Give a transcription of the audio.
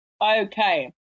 Okay